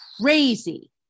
crazy